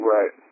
Right